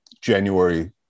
January